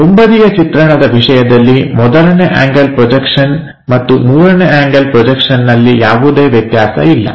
ಮುಂಬದಿಯ ಚಿತ್ರಣದ ವಿಷಯದಲ್ಲಿ ಮೊದಲನೇ ಆಂಗಲ್ ಪ್ರೊಜೆಕ್ಷನ್ ಮತ್ತು ಮೂರನೇ ಆಂಗಲ್ ಪ್ರೊಜೆಕ್ಷನ್ನಲ್ಲಿ ಯಾವುದೇ ವ್ಯತ್ಯಾಸ ಇಲ್ಲ